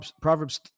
Proverbs